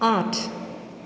আঠ